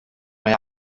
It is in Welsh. mae